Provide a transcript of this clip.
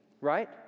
right